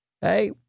Hey